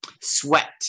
Sweat